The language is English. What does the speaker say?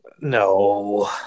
no